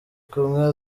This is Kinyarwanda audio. kumwe